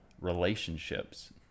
relationships